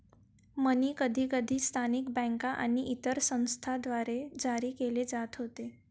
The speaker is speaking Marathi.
मनी कधीकधी स्थानिक बँका आणि इतर संस्थांद्वारे जारी केले जात होते